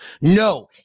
No